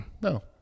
No